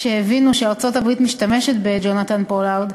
שהבינו שארצות-הברית משתמשת בג'ונתן פולארד,